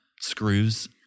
screws